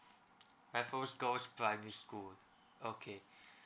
raffles girls' primary school okay